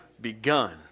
begun